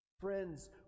Friends